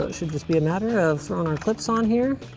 ah should just be a matter of throwin' our clips on here.